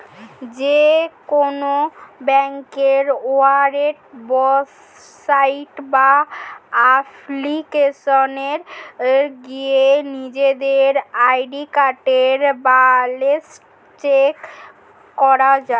যেকোনো ব্যাংকের ওয়েবসাইট বা অ্যাপ্লিকেশনে গিয়ে নিজেদের অ্যাকাউন্টের ব্যালেন্স চেক করা যায়